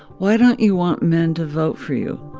why don't you want men to vote for you?